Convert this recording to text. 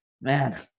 man